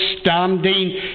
standing